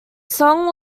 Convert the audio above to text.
song